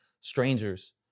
strangers